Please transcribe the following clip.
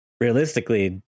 realistically